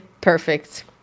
perfect